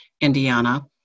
Indiana